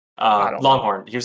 Longhorn